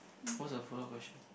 what's the follow up question